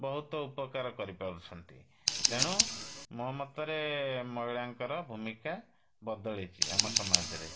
ବହୁତ ଉପକାର କରିପାରୁଛନ୍ତି ତେଣୁ ମୋ ମତରେ ମହିଳାଙ୍କର ଭୂମିକା ବଦଳିଛି ଆମ ସମାଜରେ